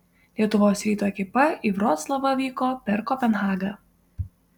lietuvos ryto ekipa į vroclavą vyko per kopenhagą